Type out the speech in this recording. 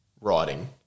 writing